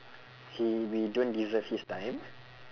he we don't deserve his time